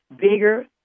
bigger